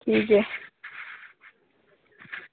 ठीक ऐ